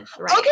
Okay